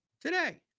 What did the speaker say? today